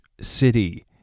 city